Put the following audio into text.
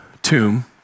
tomb